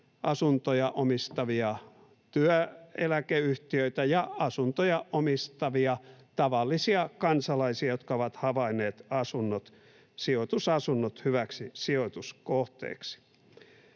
asuntoja omistavia työeläkeyhtiöitä ja asuntoja omistavia tavallisia kansalaisia, jotka ovat havainneet asunnot, sijoitusasunnot, hyväksi sijoituskohteeksi?